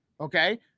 okay